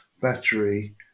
battery